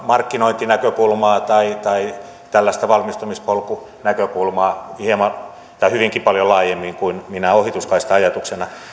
markkinointinäkökulmaa tai tai tällaista valmistumispolkunäkökulmaa hyvinkin paljon laajemmin kuin minään ohituskaista ajatuksena